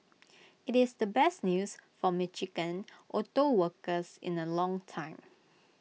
IT is the best news for Michigan auto workers in A long time